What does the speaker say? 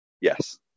yes